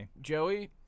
Joey